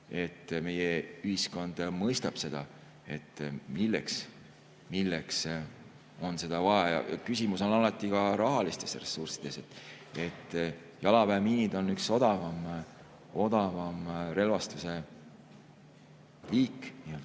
meie ühiskond mõistab, milleks seda vaja on. Küsimus on alati ka rahalistes ressurssides. Jalaväemiinid on üks odavamaid relvastuse liike.